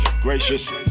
Gracious